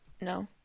No